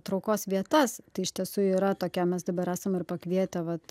traukos vietas tai iš tiesų yra tokia mes dabar esam ir pakvietę vat